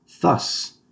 thus